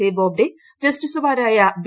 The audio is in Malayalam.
എ ബോബ്ഡെ ജസ്റ്റിസുമാരായ ബി